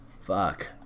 fuck